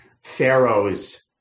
Pharaoh's